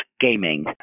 gaming